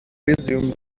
resume